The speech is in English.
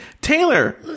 Taylor